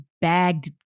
bagged